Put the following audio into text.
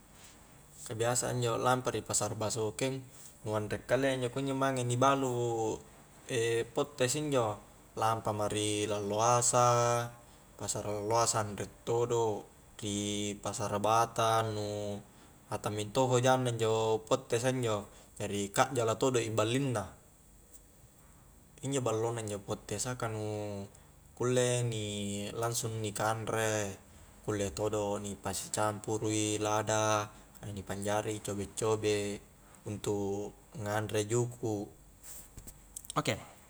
Ka biasa injo lampa ri pasar basokeng nu anre kalia injo mange ri balu ee pettes injo lampama ri lalloasa pasara lalloasa anre todo, ri pasara batang nu hatang minto hojanna injo pettes a injo jari kajjala todo i balling na injo ballo na injo pettes a ka nu kulle ni langsung ni kanre kulle todo ni pasi campuru i lada na ni panjari i cobe-cobe untuk nganre juku' oke